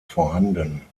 vorhanden